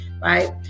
right